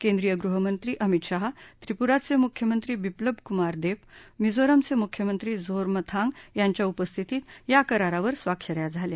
केंद्रीय गृहमंत्री अमित शहा त्रिपुराचे मुख्यमंत्री बिप्लब कुमार देब मिझोरामचे मुख्यमंत्री झोरमथांग यांच्या उपस्थितीत या करारावर स्वाक्षऱ्या झाल्या